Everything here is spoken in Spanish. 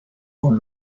con